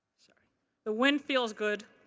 so the wind feels good.